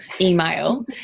email